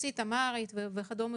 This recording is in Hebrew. רוסית אמהרית וכדומה,